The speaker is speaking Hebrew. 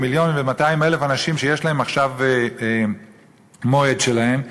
שהם 1.2 מיליון אנשים שיש להם עכשיו מועד שלהם.